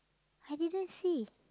I didn't see